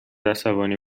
عصبانی